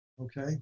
Okay